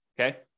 okay